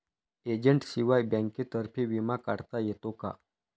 एजंटशिवाय बँकेतर्फे विमा काढता येतो का?